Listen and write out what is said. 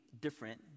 different